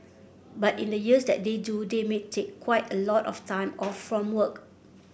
but in the years that they do they may take quite a lot of time off from work